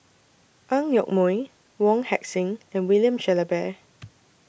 Ang Yoke Mooi Wong Heck Sing and William Shellabear